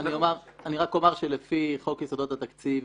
אני רק אומר שלפי חוק יסודות התקציב,